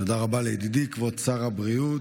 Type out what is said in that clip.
תודה רבה לידידי כבוד שר הבריאות.